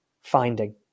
finding